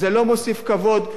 זה לא מוסיף כבוד,